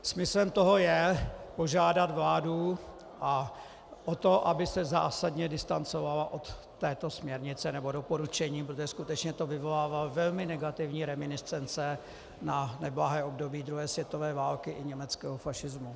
Smyslem toho je požádat vládu o to, aby se zásadně distancovala od této směrnice nebo doporučení, protože skutečně to vyvolává velmi negativní reminiscence na neblahé období druhé světové války i německého fašismu.